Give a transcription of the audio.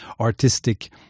artistic